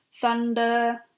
thunder